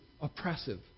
oppressive